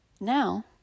Now